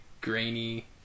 grainy